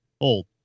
old